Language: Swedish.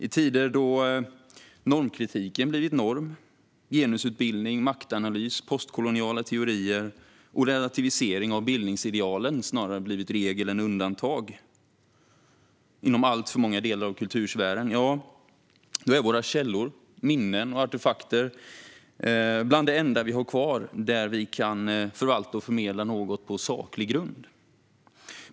I tider då normkritiken blivit norm och då genusutbildning, maktanalys, postkoloniala teorier och relativisering av bildningsidealen har blivit regel snarare än undantag inom alltför många delar av kultursfären är våra källor, minnen och artefakter något av det sista vi har kvar att förvalta och förmedla på saklig grund.